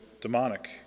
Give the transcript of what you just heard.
demonic